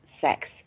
sex